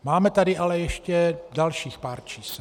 Máme tady ale ještě dalších pár čísel.